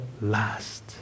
last